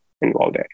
involved